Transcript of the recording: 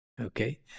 Okay